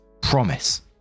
Promise